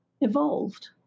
evolved